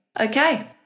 Okay